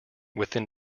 within